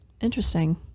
Interesting